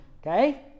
Okay